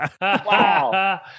Wow